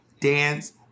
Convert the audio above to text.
dance